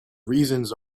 reasons